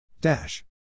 Dash